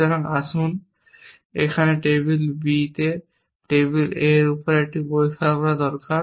সুতরাং আসুন এখানে টেবিল B এ টেবিল A এর উপর এটি পরিষ্কার করা দরকার